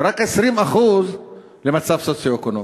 ורק 20% למצב סוציו-אקונומי.